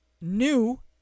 New